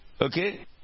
Okay